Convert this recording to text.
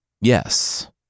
yes